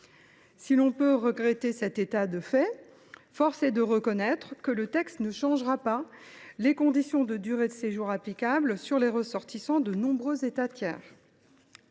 Si l’on peut regretter cet état de fait, force est de reconnaître que le texte ne changera pas les conditions de durée de séjour applicables aux ressortissants de nombreux États tiers.